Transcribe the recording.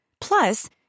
Plus